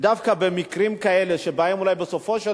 שדווקא במקרים כאלה שבהם אולי בסופו של